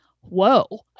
whoa